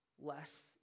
less